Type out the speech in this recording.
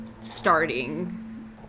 starting